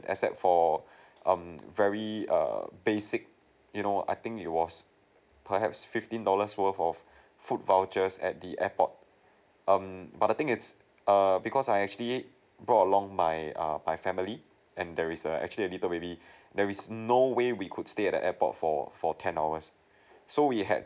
except for um very err basic you know I think it was perhaps fifteen dollars worth of food vouchers at the airport um but the thing it's err because I actually brought along my err my family and there is err actually a little baby there's no way we could stay at the airport for for ten hours so we had